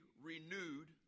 renewed